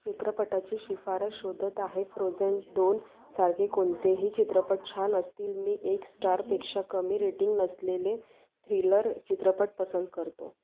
चित्रपटाची शिफारास शोधत आहे फ्रोझन दोन सारखे कोणतेही चित्रपट छान असतील मी एक स्टारपेक्षा कमी रेटिंग नसलेले थ्रिलर चित्रपट पसंत करतो